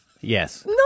Yes